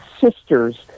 sisters